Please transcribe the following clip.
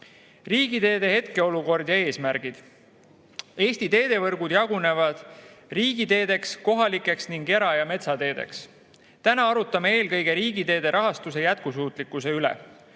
elu. Riigiteede hetkeolukord ja eesmärgid. Eesti teevõrgud jagunevad riigiteedeks, kohalikeks ning era‑ ja metsateedeks. Täna arutame eelkõige riigiteede rahastuse jätkusuutlikkuse üle.